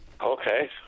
Okay